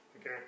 okay